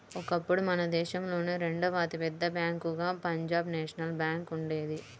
ఒకప్పుడు మన దేశంలోనే రెండవ అతి పెద్ద బ్యేంకుగా పంజాబ్ నేషనల్ బ్యేంకు ఉండేది